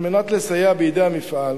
על מנת לסייע בידי בעל המפעל